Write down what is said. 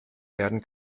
werden